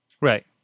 Right